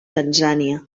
tanzània